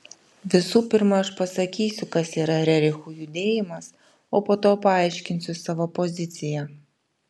visų pirma aš pasakysiu kas yra rerichų judėjimas o po to paaiškinsiu savo poziciją